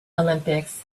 olympics